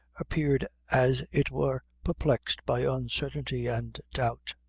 appeared as it were perplexed by uncertainty and doubt.